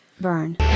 Burn